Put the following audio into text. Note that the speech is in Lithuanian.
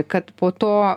kad po to